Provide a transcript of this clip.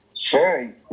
Sure